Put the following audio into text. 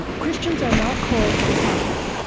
ah christians are not called to be popular.